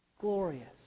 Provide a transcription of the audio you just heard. glorious